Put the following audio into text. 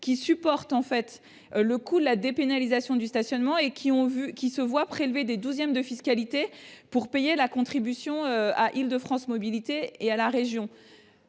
supportant le coût de la dépénalisation du stationnement qui se voient prélever des douzièmes de fiscalité pour payer la contribution à Île de France Mobilités et à la région.